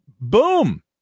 boom